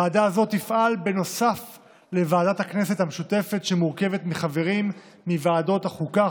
ועדה זו תפעל נוסף לוועדת הכנסת המשותפת שמורכבת מחברים מוועדות החוקה,